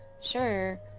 sure